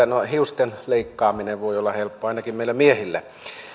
no hiusten leikkaaminen voi olla helppoa ainakin meille miehille